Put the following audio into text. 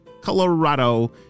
colorado